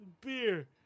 beer